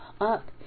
up